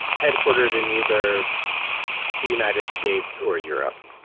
headquartered in either the united states or europe.